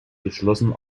geschlossen